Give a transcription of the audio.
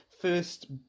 first